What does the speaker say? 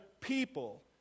people